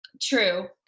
true